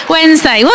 Wednesday